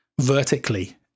vertically